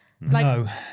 No